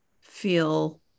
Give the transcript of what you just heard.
feel